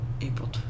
April